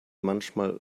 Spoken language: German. manchmal